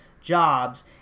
jobs –